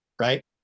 right